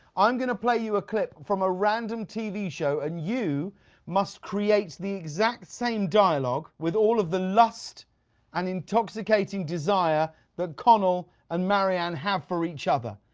i am going to play you a clip from a random tv show and you must create the exact same dialogue with all of the lust and intoxicating desire that connell and marianne have for each other,